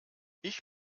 ich